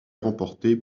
remporté